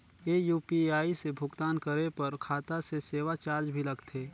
ये यू.पी.आई से भुगतान करे पर खाता से सेवा चार्ज भी लगथे?